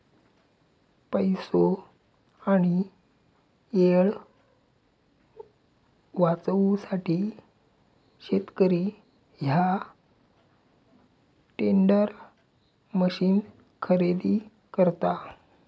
पैसो आणि येळ वाचवूसाठी शेतकरी ह्या टेंडर मशीन खरेदी करता